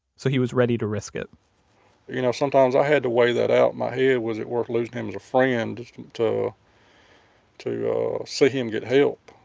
so he was ready to risk it you know, sometimes i had to weigh that out in my head was it worth losing him as a friend to to see him get help.